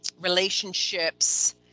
relationships